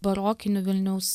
barokiniu vilniaus